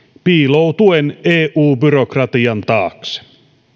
piiloutuen eu byrokratian taakse